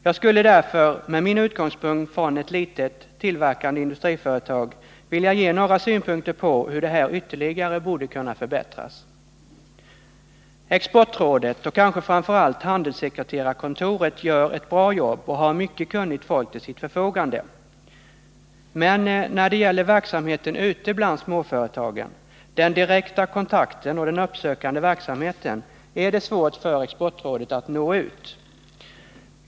Jag skulle därför, med min erfarenhet från ett litet, tillverkande industriföretag, vilja anföra några synpunkter på hur den här verksamheten ytterligare borde kunna förbättras. ; Exportrådet, och kanske framför allt handelssekreterarkontoren, gör ett bra jobb och har mycket kunnigt folk till sitt förfogande. Men när det gäller verksamheten ute bland småföretagen, den direkta kontakten och den uppsökande verksamheten, är det svårt för Exportrådet att nå ut.